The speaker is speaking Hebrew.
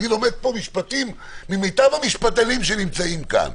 אני לומד פה משפטים ממיטב המשפטנים שנמצאים כאן,